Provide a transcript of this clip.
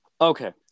Okay